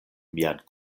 mian